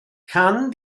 can